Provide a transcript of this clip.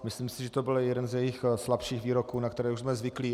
Myslím si, že to byl jeden z jejích slabších výroků, na které už jsme zvyklí.